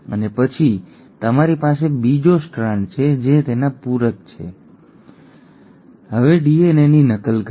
અને પછી તમારી પાસે બીજો સ્ટ્રાન્ડ છે જે તેના પૂરક છે જ્યાં આ 5 પ્રાઇમ એન્ડ બની જાય છે અને આ 3 પ્રાઇમ એન્ડ બની જાય છે